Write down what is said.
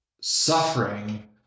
suffering